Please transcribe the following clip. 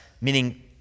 meaning